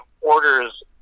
orders